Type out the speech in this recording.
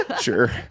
Sure